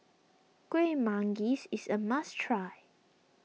Kueh Manggis is a must try